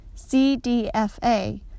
CDFA